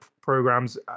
programs